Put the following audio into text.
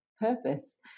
purpose